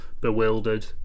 bewildered